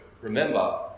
remember